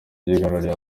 yigaruriye